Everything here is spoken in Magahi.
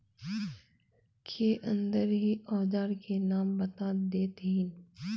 के अंदर ही औजार के नाम बता देतहिन?